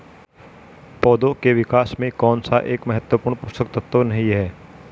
पौधों के विकास में कौन सा एक महत्वपूर्ण पोषक तत्व नहीं है?